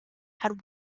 had